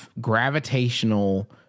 gravitational